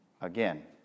again